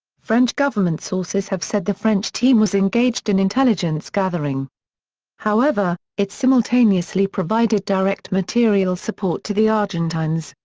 french government sources have said the french team was engaged in intelligence-gathering however, it simultaneously provided direct material support to the argentines,